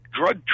drug